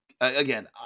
again